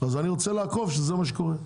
אז אני רוצה לעקוב שזה מה שקורה.